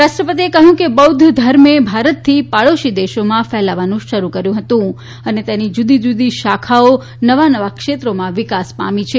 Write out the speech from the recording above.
રાષ્ટ્રપતિએ કહ્યું કે બૌદ્ધ ધર્મે ભારતથી પડોશી દેશોમાં ફેલાવાનું શરૂ કર્યું અને તેની જુદીજુદી શાખાઓ નવા નવા ક્ષેત્રોમાં વિકાસ પામી છે